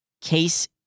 Case